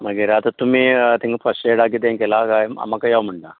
मागीर आता तुमी थिंगा फर्स्टएडा कितें केला काय म्हाका यो म्हणटा